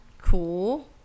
Cool